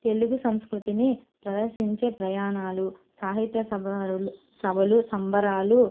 తెలుగు సంస్కృతిని ప్రదర్శించే ప్రయాణాలు సాహిత్య సభారులు సభలు సంబరాలు